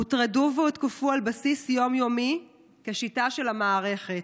הוטרדו והותקפו על בסיס יום-יומי כשיטה של המערכת.